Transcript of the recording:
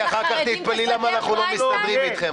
אחר כך תתפלאי למה אנחנו לא מסתדרים איתכם,